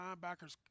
linebackers